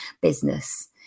business